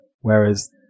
Whereas